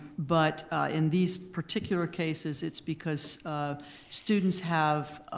but in these particular cases it's because students have